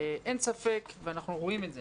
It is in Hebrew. אין ספק ואנחנו רואים את זה,